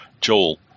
Joel